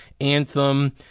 Anthem